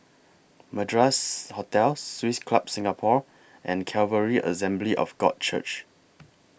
Madras Hotel Swiss Club Singapore and Calvary Assembly of God Church